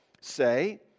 say